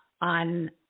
on